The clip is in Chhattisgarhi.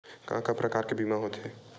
का का प्रकार के बीमा होथे?